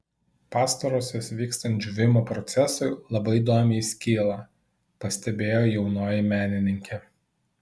pastarosios vykstant džiūvimo procesui labai įdomiai skyla pastebėjo jaunoji menininkė